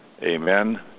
Amen